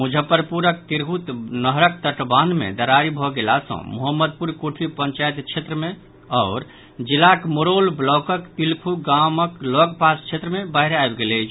मुजफ्फरपुरक तिरहुत नहरक तटबान्ह मे दरारि भऽ गेला सँ मोहम्मदपुर कोठी पंचायत क्षेत्र मे आओर जिलाक मुरौल ब्लॉकक पिलखु गामक लऽग पास क्षेत्र मे बाढ़ि आबि गेल अछि